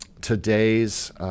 today's